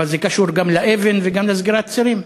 אבל זה קשור גם לאבן ולסגירת צירים?